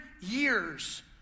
years